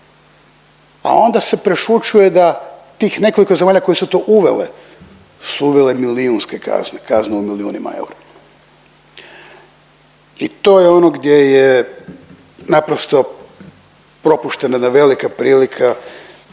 a onda se prešućuje da tih nekoliko zemalja koje su to uvele su uvele milijunske kazne, kazne u milijunima eura. I to je ono gdje je naprosto propuštena jedna velika prilika,